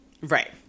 Right